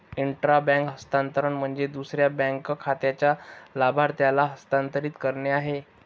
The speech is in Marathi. इंट्रा बँक हस्तांतरण म्हणजे दुसऱ्या बँक खात्याच्या लाभार्थ्याला हस्तांतरित करणे आहे